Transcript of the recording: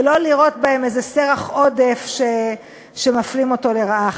ולא לראות בהם איזה סרח עודף שמפלים אותו לרעה,